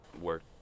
work